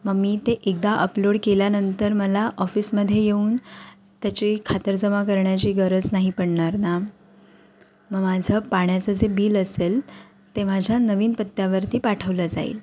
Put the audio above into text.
मग मी ते एकदा अपलोड केल्यानंतर मला ऑफिसमध्ये येऊन त्याची खातरजमा करण्याची गरज नाही पडणार ना मग माझं पाण्याचं जे बिल असेल ते माझ्या नवीन पत्त्यावरती पाठवलं जाईल